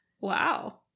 Wow